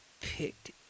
picked